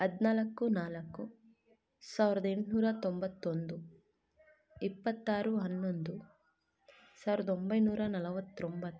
ಹದಿನಾಲ್ಕು ನಾಲ್ಕು ಸಾವಿರದ ಎಂಟ್ನೂರ ತೊಂಬತ್ತೊಂದು ಇಪ್ಪತ್ತಾರು ಹನ್ನೊಂದು ಸಾವಿರದ ಒಂಬೈನೂರ ನಲ್ವತ್ತೊಂಬತ್ತು